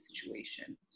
situation